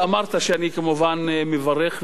שאני כמובן מברך ותומך.